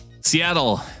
Seattle